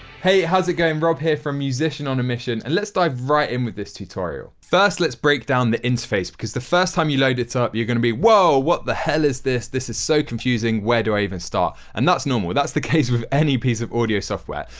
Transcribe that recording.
hey. it going? rob here from musician on a mission. and let's dive right in with this tutorial. first, let's breakdown the interface, because the first time you load it up you're going to be, wow! what the hell is this? this is so confusing, where do i even start? and that's normal. that's the case with any piece of audio software.